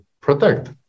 protect